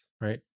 right